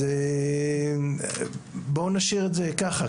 אז בואו נשאיר את זה ככה.